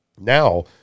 Now